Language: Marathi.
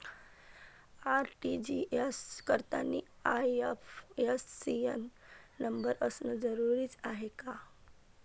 आर.टी.जी.एस करतांनी आय.एफ.एस.सी न नंबर असनं जरुरीच हाय का?